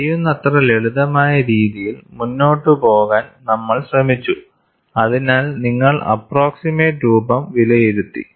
കഴിയുന്നത്ര ലളിതമായ രീതിയിൽ മുന്നോട്ട് പോകാൻ നമ്മൾ ശ്രമിച്ചു അതിനാൽ നിങ്ങൾ അപ്പ്രോക്സിമേറ്റ് രൂപം വിലയിരുത്തി